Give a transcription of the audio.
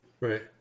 Right